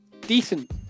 decent